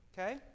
Okay